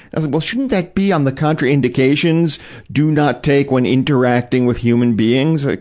i said, well shouldn't that be on the contra-indication do not take when interacting with human beings? ah